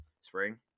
Spring